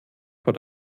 vor